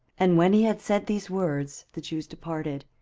and when he had said these words, the jews departed,